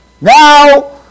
Now